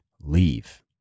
leave